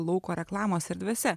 lauko reklamos erdvėse